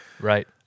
right